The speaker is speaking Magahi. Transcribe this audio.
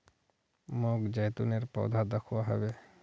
मोक जैतूनेर पौधा दखवा ह बे